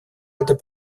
этой